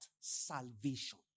salvation